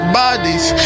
bodies